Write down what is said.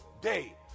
day